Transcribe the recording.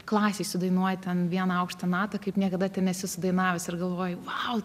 klasėj sudainuoji ten vieną aukštą natą kaip niekada ten esi sudainavęs ir galvoji vau